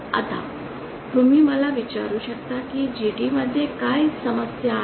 आता तुम्ही मला विचारू शकता कि GT मध्ये काय समस्या आहे